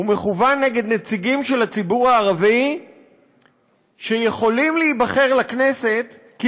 הוא מכוון נגד נציגים של הציבור הערבי שיכולים להיבחר לכנסת כי